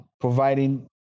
providing